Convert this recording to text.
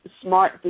smart